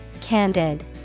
Candid